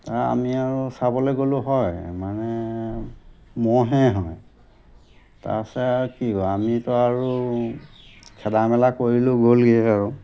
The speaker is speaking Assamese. আমি আৰু চাবলৈ গ'লো হয় মানে ম'হে হয় তাৰপাছত আৰু কি হয় আমিতো আৰু খেদা মেলা কৰিলো গ'লগৈ আৰু